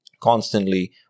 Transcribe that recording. constantly